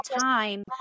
time